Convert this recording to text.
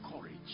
courage